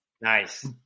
Nice